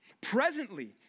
Presently